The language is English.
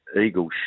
Eagle